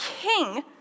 King